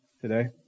today